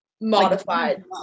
Modified